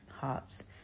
hearts